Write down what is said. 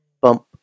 bump